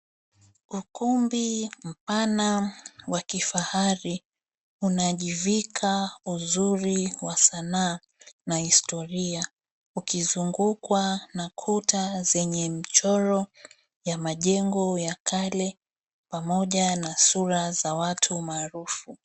Ukumbi mpana wa kifahari, unajivika uzuri wa sanaa na historia. Ukizungukwa na kuta zenye michoro ya majengo ya kale pamoja na sura za watu maarufu.